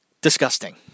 Disgusting